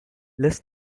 less